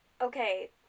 okay